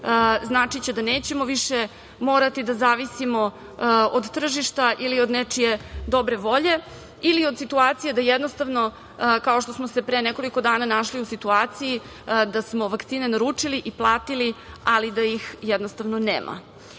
značiće da nećemo više morati da zavisimo od tržišta ili od nečije dobre volje ili od situacije da jednostavno, kao što smo se pre nekoliko dana našli u situaciji da smo vakcine naručili i platili, ali da ih jednostavno nema. Da